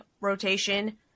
rotation